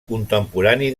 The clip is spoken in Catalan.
contemporani